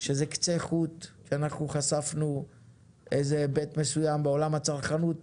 שזה קצה חוט שאנחנו חשפנו איזה היבט מסויים בעולם הצרכנות